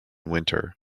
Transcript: winter